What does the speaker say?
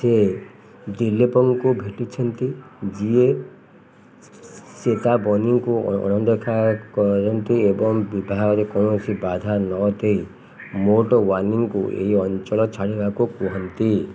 ସେ ଦିଲୀପଙ୍କୁ ଭେଟିଛନ୍ତି ଯିଏ ଚେତାବନୀକୁ ଅଣଦେଖା କରନ୍ତି ଏବଂ ବିବାହରେ କୌଣସି ବାଧା ନଦେଇ ମୋଟୱାନିଙ୍କୁ ଏହି ଅଞ୍ଚଳ ଛାଡ଼ିବାକୁ କୁହନ୍ତି